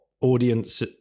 audience